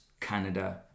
Canada